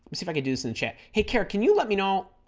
see if i could do this in check hey care can you let me know